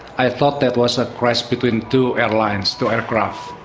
i thought that was a crash between two airlines, two aircraft.